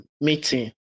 meeting